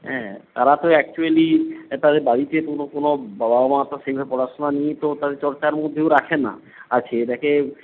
তারা তো একচুয়েলি তাদের বাড়িতে কোনো কোনো বাবা মা তো সেইভাবে পড়াশোনা নিয়ে তো তাদের চর্চার মধ্যেও রাখেনা আর ছেলেটাকে